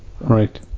Right